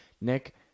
Nick